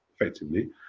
effectively